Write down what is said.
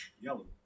Yellow